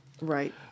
Right